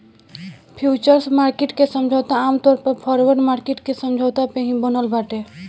futures market के समझौता आमतौर पअ फॉरवर्ड मार्किट के समझौता पे ही बनल बाटे